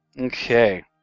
Okay